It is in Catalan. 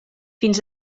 fins